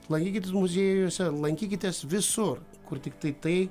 lankykitės muziejuose lankykitės visur kur tiktai tai